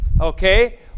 Okay